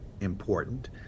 important